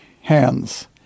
hands